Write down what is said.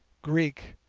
greek,